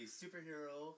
superhero